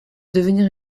devenir